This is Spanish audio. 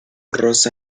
rosa